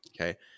Okay